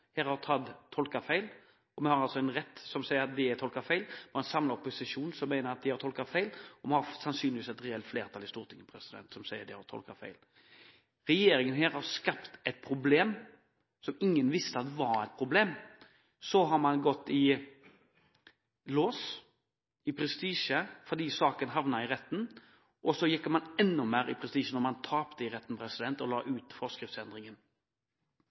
feil, vi har altså en rett som sier at det er tolket feil, det var en samlet opposisjon som mener at det er tolket feil, og vi har sannsynligvis et rent flertall i Stortinget som sier det er tolket feil. Regjeringen har her skapt et problem som ingen visste var et problem. Så har man gått i lås – det har gått prestisje i det fordi saken havnet i retten, og så gikk det enda mer prestisje i det fordi man tapte i retten og la ut forskriftsendringen.